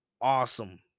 awesome